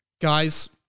Guys